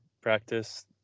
practice